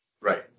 Right